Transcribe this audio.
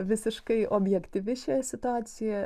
visiškai objektyvi šioje situacijoje